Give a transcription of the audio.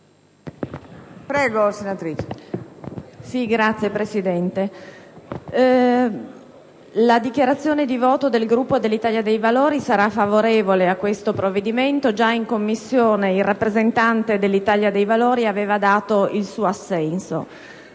Signora Presidente, il voto del Gruppo dell'Italia dei Valori sarà favorevole al provvedimento in esame. Già in Commissione il rappresentante dell'Italia dei Valori aveva dato il suo assenso.